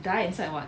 die inside [what]